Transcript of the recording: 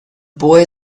boy